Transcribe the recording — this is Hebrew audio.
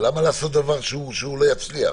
למה לעשות דבר שהוא לא יצליח?